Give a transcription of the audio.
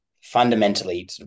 fundamentally